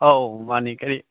ꯑꯧ ꯃꯥꯅꯤ ꯀꯔꯤ